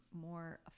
more